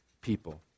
people